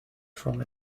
from